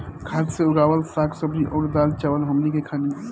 खाद से उगावल साग सब्जी अउर दाल चावल हमनी के खानी